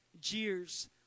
jeers